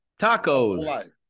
Tacos